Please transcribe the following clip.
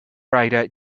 rider